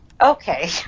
Okay